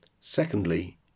Secondly